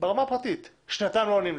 ברמה הפרטית, ושנתיים לא עונים לך.